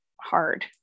hard